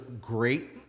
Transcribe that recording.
great